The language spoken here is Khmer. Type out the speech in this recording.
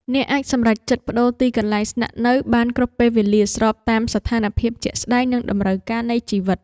អ្នកអាចសម្រេចចិត្តប្ដូរទីកន្លែងស្នាក់នៅបានគ្រប់ពេលវេលាស្របតាមស្ថានភាពជាក់ស្ដែងនិងតម្រូវការនៃជីវិត។